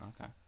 Okay